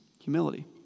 humility